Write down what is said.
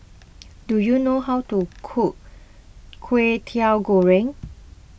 do you know how to cook Kwetiau Goreng